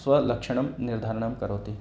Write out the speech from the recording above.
स्वलक्षणं निर्धारणं करोति